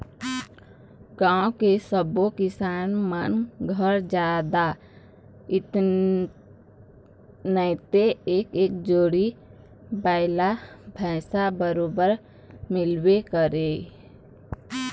गाँव के सब्बो किसान मन घर जादा नइते एक एक जोड़ी बइला भइसा बरोबर मिलबे करय